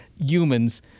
humans